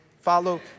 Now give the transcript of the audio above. Follow